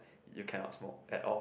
you cannot smoke at all